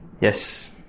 Yes